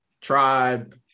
tribe